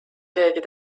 keegi